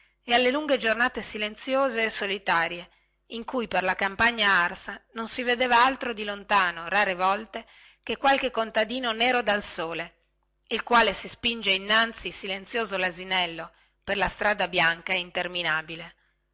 e alle lunghe giornate silenziose e solitarie in cui per la campagna arsa non si vede altro di lontano rare volte che qualche contadino nero dal sole il quale si spinge innanzi silenzioso lasinello per la strada bianca e interminabile